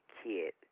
kid